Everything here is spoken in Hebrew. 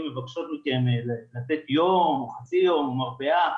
מבקשות מכם לתת יום או חצי יום או מרפאה